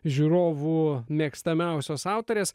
žiūrovų mėgstamiausios autorės